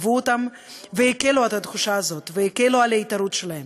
ליוו אותם והקלו את התחושה הזאת ואת ההתערות שלהם.